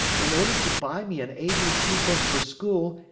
in order to buy me an a b c book for school,